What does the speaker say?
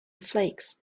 flakes